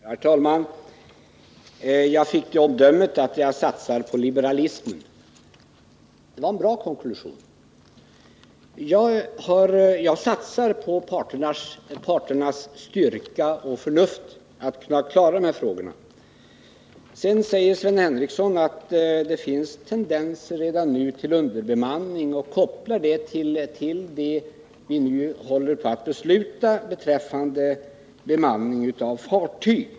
Herr talman! Jag fick det omdömet att jag satsar på liberalismen. Det var en bra konklusion. Jag satsar på parternas styrka och förnuft när det gäller att klara dessa frågor. Sedan sade Sven Henricsson att det redan i dag finns tendenser till underbemanning och kopplade detta till vad vi nu håller på att besluta om beträffande bemanning av fartyg.